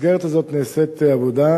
במסגרת הזאת נעשית עבודה,